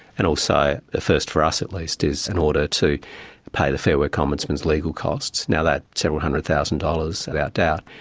and also, a first for us at least, is an order to pay the fair work ombudsman's legal costs. now that's several hundred thousand dollars without doubt.